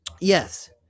Yes